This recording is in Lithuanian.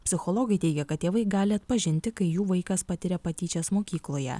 psichologai teigia kad tėvai gali atpažinti kai jų vaikas patiria patyčias mokykloje